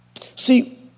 See